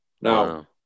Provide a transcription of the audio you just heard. Now